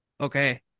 okay